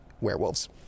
werewolves